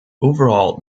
overall